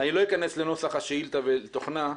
אני לא אכנס לנוסח השאילתה ולתוכנה,